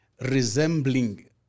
resembling